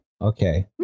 okay